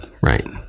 right